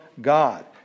God